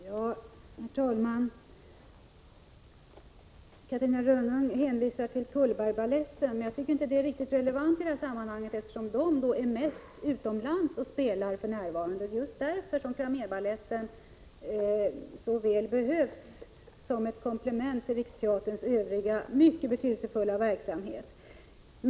Herr talman! Catarina Rönnung hänvisar till Cullbergbaletten. Jag tycker inte att det är riktigt relevant i detta sammanhang, eftersom den för närvarande framträder mest utomlands. Det är just därför som Cramérbaletten så väl behövs som ett komplement till Riksteaterns övriga, mycket betydelsefulla verksamhet.